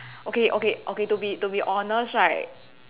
okay okay okay okay to be to be honest right